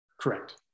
Correct